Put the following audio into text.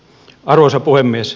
arvoisa puhemies